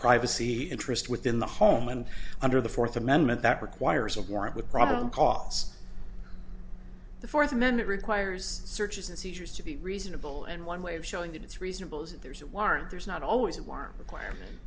privacy interest within the home and under the fourth amendment that requires a warrant with problem cause the fourth amendment requires searches and seizures to be reasonable and one way of showing that it's reasonable is if there's a warrant there's not always a warm requirement